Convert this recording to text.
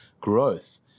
growth